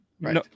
Right